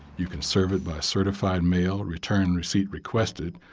you can serve it by certified mail return receipt requested,